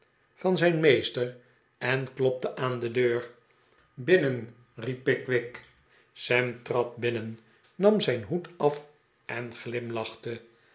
van zijn meester en klopte aan de deur binnen riep pickwick de pickwick club sam trad birmen nam zijn hoed af en glimlachte